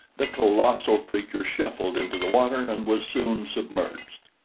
the colossal creature shuffled into the water and was soon submerged.